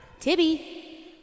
Tibby